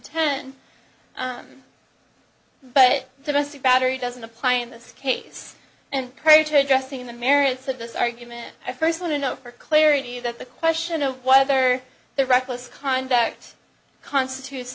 ten but domestic battery doesn't apply in this case and pray to addressing the merits of this argument i first want to know for clarity that the question of whether the reckless conduct constitutes